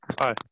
Hi